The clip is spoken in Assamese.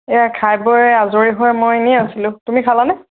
এয়া খাই বৈ আজৰি হৈ মই এনে আছিলোঁ তুমি খালানে